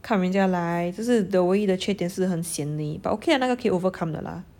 看人家来就是 the 唯一的缺点是很 sian eh but okay lah 那个可以 overcome 的 lah